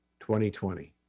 2020